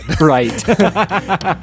Right